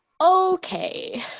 okay